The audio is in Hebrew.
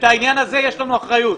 בעניין הזה יש לנו אחריות.